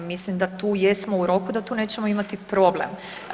Mislim da tu jesmo u roku i da tu nećemo imati problem.